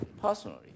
Personally